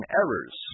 errors